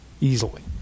easily